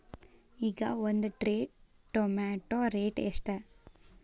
ಈಗ ಒಂದ್ tray tomato rate ಎಷ್ಟ?